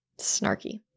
snarky